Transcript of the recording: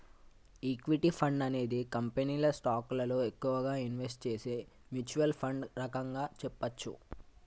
equity fund అనేది కంపెనీల స్టాకులలో ఎక్కువగా ఇన్వెస్ట్ చేసే మ్యూచ్వల్ ఫండ్ రకంగా చెప్పచ్చు